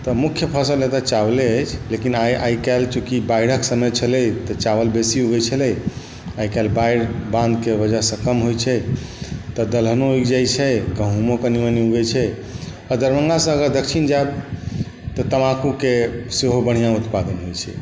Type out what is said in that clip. तऽ मुख्य फसल एतऽ चावले अछि लेकिन आई काल्हि चुँकि बाढ़िके समय छलै तऽ चावल बेसी उगै छलै आई काल्हि बाढ़ि बाँधके वजहसँ कम होइ छै तऽ दलहनो उगि जाइ छै गहूॅंमो कनि मनि उगै छै आ दरभङ्गासँ अगर दक्षिण जायब तऽ तम्बाकूके सेहो बढ़िऑं उत्पादन होइ छै